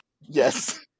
yes